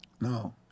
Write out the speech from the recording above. no